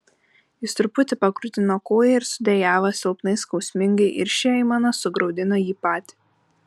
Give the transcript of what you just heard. jis truputį pakrutino koją ir sudejavo silpnai skausmingai ir ši aimana sugraudino jį patį